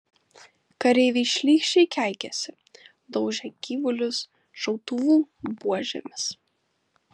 kareiviai šlykščiai keikėsi daužė gyvulius šautuvų buožėmis